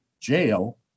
jail